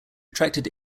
attracted